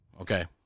okay